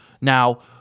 Now